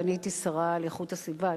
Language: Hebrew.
ואני הייתי שרה לאיכות הסביבה,